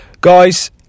Guys